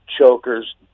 Chokers